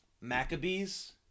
Maccabees